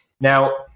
Now